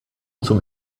zum